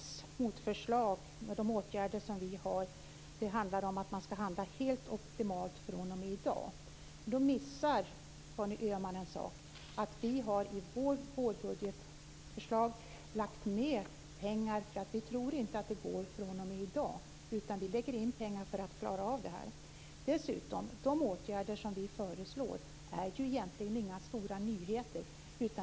Fru talman! Conny Öhman säger att Folkpartiets motförslag och de åtgärder vi har handlar om att man skall handla helt optimalt fr.o.m. i dag. Då missar Conny Öhman en sak. Vi har i vårt vårbudgetförslag lagt med pengar. Vi tror nämligen inte att det går fr.o.m. i dag. Vi lägger in pengar för att klara av det här. Dessutom: De åtgärder som vi föreslår är ju egentligen inga stora nyheter.